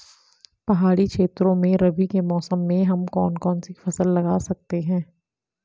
पहाड़ी क्षेत्रों में रबी के मौसम में हम कौन कौन सी फसल लगा सकते हैं?